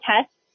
tests